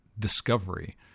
discovery